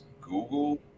Google